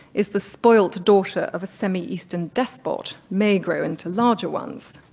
is the spoiled daughter of a semi eastern despot may grow into larger ones.